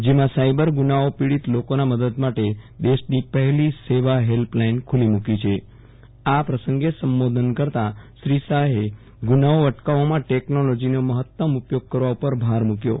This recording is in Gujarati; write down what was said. જેમાં સાઈબર ગુનાઓ પીડીત લોકોના મદદ માટે દેશની પહેલી સેવા હેલ્પલાઈન ખુ લ્લી મુ કી છે આ પ્રસંગે સંબોધન કરતા શ્રી શાહે ગુનાઓ અટકાવવામાં ઠેનોલોજીનો મહત્મ ઉપયોગ કરવા ઉપર ભાર મુકથો